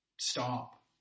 Stop